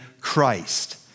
Christ